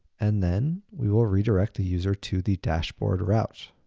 and then we will redirect the user to the dashboard route.